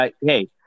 hey